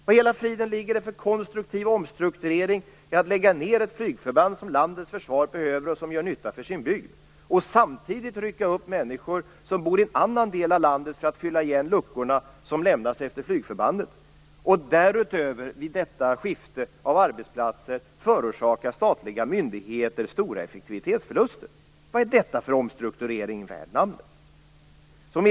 Vad i hela friden ligger det för konstruktiv omstrukturering i att lägga ned ett flygförband som landets försvar behöver och som gör nytta för sin bygd, samtidigt som man rycker upp människor från en annan del av landet för att fylla igen de luckor som lämnats efter flygförbandet? Därutöver förorsakar man vid detta skifte av arbetsplatser statliga myndigheter stora effektivitetsförluster. Vad är detta för omstrukturering värd namnet?